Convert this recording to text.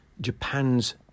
Japan's